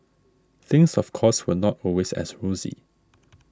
things of course were not always as rosy